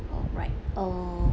alright uh